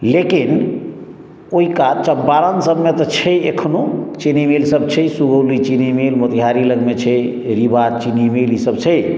लेकिन ओहि कात चम्पारण सभमे तऽ छै एखनो चीनी मिल सभ छै सुगौली चीनी मिल मोतिहारी लगमे छै रीगा चीनी मिल ई सभ छै